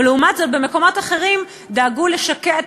ולעומת זאת במקומות אחרים דאגו לשקע את